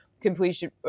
completion